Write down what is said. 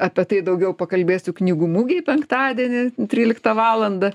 apie tai daugiau pakalbėsiu knygų mugėj penktadienį tryliktą valandą